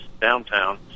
Downtown